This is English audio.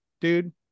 Dude